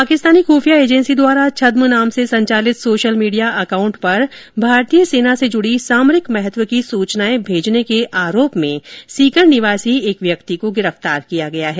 पाकिस्तानी खुफिया एजेंसी द्वारा छदम नाम से संचालित सोशल मीडिया अकाउंट पर भारतीय सेना से जुड़ी सामरिक महत्व की सुचनाए भेजने के आरोप में सीकर निवासी एक व्यक्ति को गिरफ्तार किया गया है